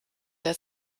der